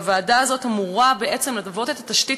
הוועדה הזו אמורה בעצם להוות את התשתית.